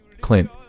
Clint